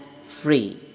free